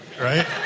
right